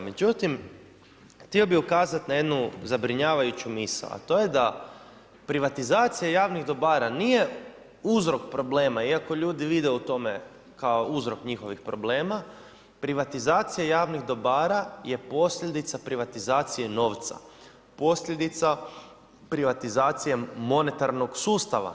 Međutim, htio bih ukazati na jednu zabrinjavajuću misao, a to je da privatizacija javnih dobara nije uzrok problema, iako ljudi vide u tome kao uzrok njihovih problema, privatizacija javnih dobara je posljedica privatizacije novca, posljedica privatizacije monetarnog sustava.